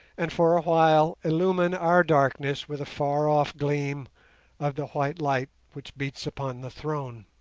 and for a while illumine our darkness with a far-off gleam of the white light which beats upon the throne.